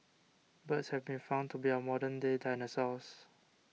birds have been found to be our modern day dinosaurs